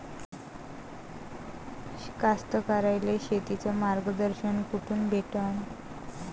कास्तकाराइले शेतीचं मार्गदर्शन कुठून भेटन?